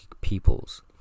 peoples